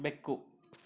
ಬೆಕ್ಕು